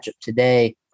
today